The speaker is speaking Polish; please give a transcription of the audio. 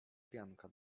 pianka